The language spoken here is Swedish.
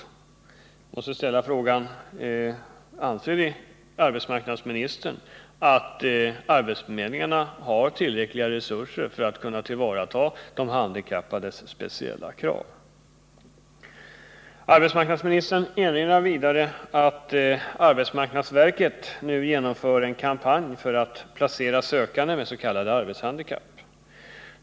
Jag måste ställa frågan: Anser arbetsmarknadsministern att arbetsförmedlingarna har tillräckliga resurser för att kunna möta de handikappades speciella krav? Arbetsmarknadsministern erinrar vidare om att arbetsmarknadsverket nu genomför en kampanj för att placera sökande med s.k. arbetshandikapp.